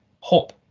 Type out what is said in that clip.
hope